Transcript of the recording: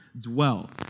dwell